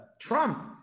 Trump